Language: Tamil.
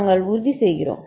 நாங்கள் உறுதி செய்கிறோம்